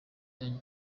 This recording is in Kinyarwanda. yanyu